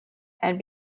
and